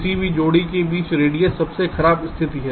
किसी भी जोड़ी के बीच रेडियस सबसे खराब स्थिति है